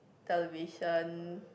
television